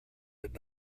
did